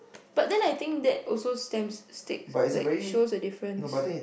but then I think that also stamps sticks like shows the differences